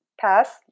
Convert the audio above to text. pass